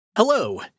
Hello